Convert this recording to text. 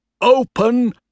Open